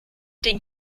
den